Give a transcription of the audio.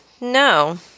No